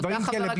דברים כאלה.